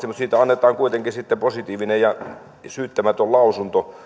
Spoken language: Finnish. mutta siitä annetaan kuitenkin sitten positiivinen ja syyttämätön lausunto